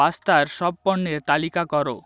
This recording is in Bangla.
পাস্তার সব পণ্যের তালিকা করো